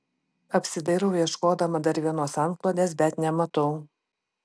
apsidairau ieškodama dar vienos antklodės bet nematau